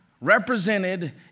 represented